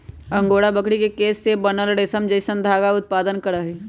angora बकरी के केश से बनल रेशम जैसन धागा उत्पादन करहइ